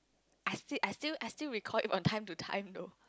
I still I still I still recall it from time to time though